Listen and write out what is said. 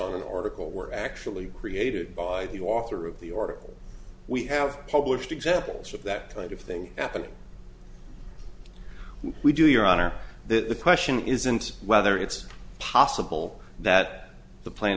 on an article were actually created by the author of the article we have published examples of that kind of thing happening when we do your honor the question isn't whether it's possible that the pla